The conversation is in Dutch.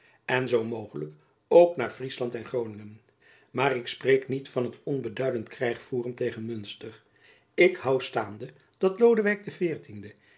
en zoo mogelijk ook naar friesland en groningen maar ik spreek niet van dat onbeduidend krijgvoeren tegen munster ik hoû staande dat lodewijk